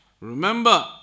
Remember